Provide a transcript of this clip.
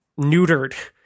neutered